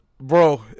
bro